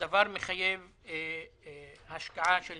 הדבר מחייב השקעה של